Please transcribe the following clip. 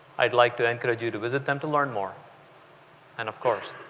i'd like to encourage you to visit them to learn more and, of course,